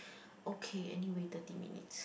okay anyway thirty minutes